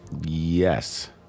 Yes